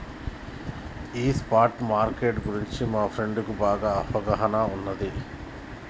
ఈ spot market గురించి మా ఫ్రెండుకి బాగా అవగాహన ఉన్నాది